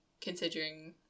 considering